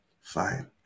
fine